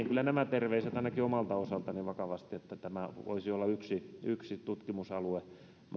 kyllä nämä terveiset ainakin omalta osaltani vakavasti että tämä voisi olla yksi yksi tutkimusalue